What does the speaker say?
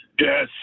Yes